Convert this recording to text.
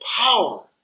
power